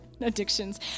Addictions